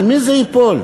על מי זה ייפול?